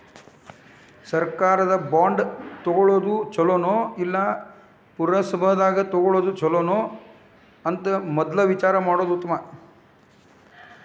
ಸರ್ಕಾರದ ಬಾಂಡ ತುಗೊಳುದ ಚುಲೊನೊ, ಇಲ್ಲಾ ಪುರಸಭಾದಾಗ ತಗೊಳೊದ ಚುಲೊನೊ ಅಂತ ಮದ್ಲ ವಿಚಾರಾ ಮಾಡುದ ಉತ್ತಮಾ